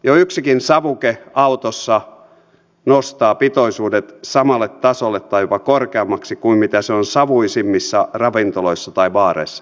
jo yksikin savuke autossa nostaa pitoisuudet samalle tasolle tai jopa korkeammiksi kuin savuisimmissa ravintoloissa tai baareissa